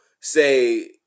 say